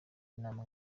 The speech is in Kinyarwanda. inama